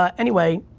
ah anyway,